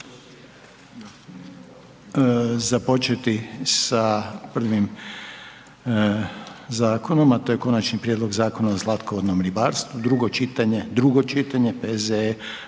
započeti sa prvim zakonom, a to je: - Konačni prijedlog Zakona o slatkovodnom ribarstvu, drugo čitanje, P.Z.E.